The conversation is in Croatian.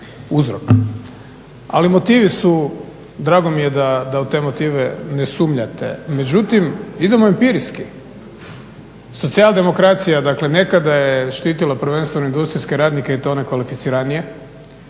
ali motivi su, drago mi je da u te motive ne sumnjate, međutim idemo empirijski, socijal demokracija dakle nekada je štitila prvenstveno industrijske radnike i to one kvalificiranije.